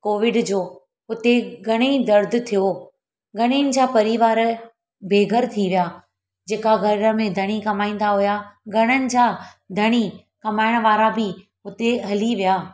Covid जो उते घणई दर्द थियो घणनि जा परिवार बेघर थी विया जेका घर में धणी कमाईंदा हुआ घणनि जा धणी कमाइण वारा बि हुते हली विया